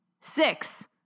Six